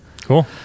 Cool